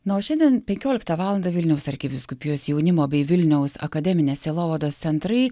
nuo šiandien penkioliktą valandą vilniaus arkivyskupijos jaunimo bei vilniaus akademinės sielovados centrai